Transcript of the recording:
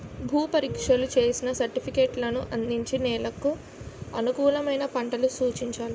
భూ పరీక్షలు చేసిన సర్టిఫికేట్లను అందించి నెలకు అనుకూలమైన పంటలు సూచించాలి